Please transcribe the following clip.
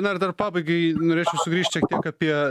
na ir dar pabaigai norėčiau sugrįžt šiek tiek apie